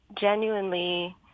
genuinely